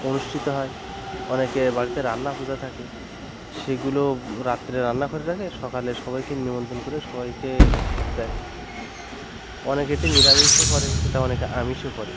অনুষ্ঠিত হয় অনেকে বাড়িতে রান্না পূজা থাকে সেগুলো রাত্রে রান্না করে রাখে সকালে সবাইকে নেমন্তন করে সবাইকে খেতে দেয় অনেকে এটি নিরামিষও করে এটা অনেকে আমিষও করে